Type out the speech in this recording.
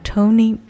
Tony